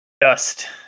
Dust